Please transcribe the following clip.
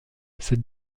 cette